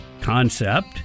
concept